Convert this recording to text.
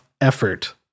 effort